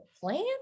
plan